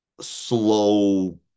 slow